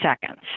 seconds